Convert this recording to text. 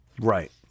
Right